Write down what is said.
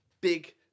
big